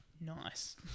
Nice